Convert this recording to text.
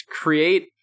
create